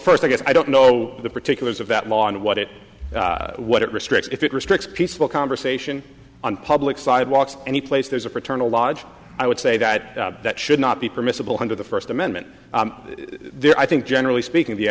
first i guess i don't know the particulars of that law and what it what it restricts if it restricts peaceful conversation on public sidewalks any place there's a paternity lodge i would say that that should not be permissible under the first amendment there i think generally speaking the